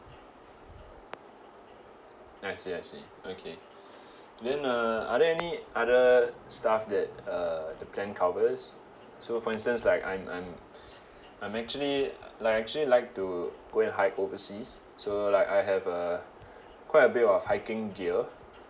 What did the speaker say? I see I see okay then uh are there any other stuff that uh the plan covers so for instance like I'm I'm I'm actually like actually like to go and hike overseas so like I have a quite a bit of hiking gear